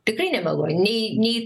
tikrai nemeluoju nei nei